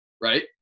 right